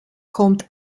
kommt